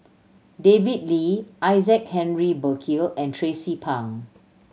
David Lee Isaac Henry Burkill and Tracie Pang